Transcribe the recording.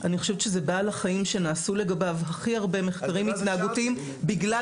בעל החיים שנעשו לגביו הכי הרבה מחקרים התנהגותיים בגלל